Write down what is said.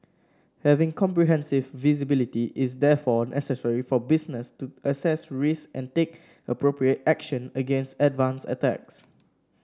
having comprehensive visibility is therefore necessary for business to assess risks and take appropriate action against advanced attacks